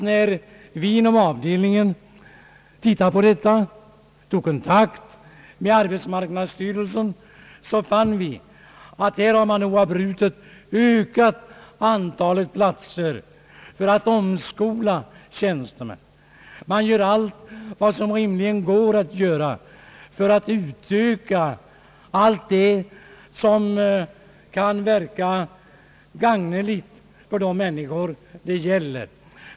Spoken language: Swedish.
När vi inom avdelningen tog kontakt med arbetsmarknadsstyrelsen fann vi att man oavbrutet ökat antalet platser för att bereda tjänstemän möjlighet till omskolning. Man gör allt vad som rimligen går att göra för att utöka resurserna till sådant som kan verka gagneligt för de människor det gäller.